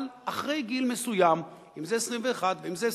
אבל אחרי גיל מסוים, אם זה 21, ואם זה 22,